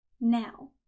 now